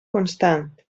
constant